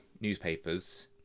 newspapers